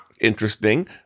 interesting